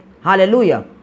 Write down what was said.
Hallelujah